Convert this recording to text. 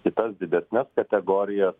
kitas didesnes kategorijas